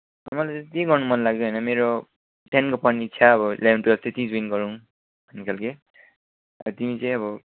मलाई चाहिँ त्यहीँ गर्न मन लाग्दैन मेरो टेनको पढ्ने इच्छा अब इलेभेन ट्वेल्भ चाहिँ त्यहीँ जोइन गरौँ भन्नेखालको तिमी चाहिँ अब